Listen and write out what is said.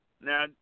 Now